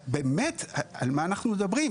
באמת, על מה אנחנו מדברים?